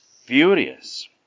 furious